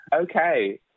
Okay